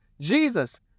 Jesus